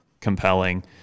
compelling